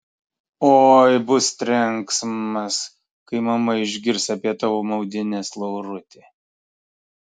oi bus trenksmas kai mama išgirs apie tavo maudynes lauruti